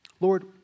Lord